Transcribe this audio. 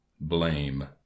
blame